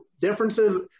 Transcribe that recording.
differences